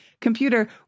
computer